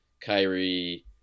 Kyrie